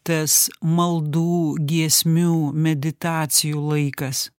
tas maldų giesmių meditacijų laikas